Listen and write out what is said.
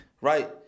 right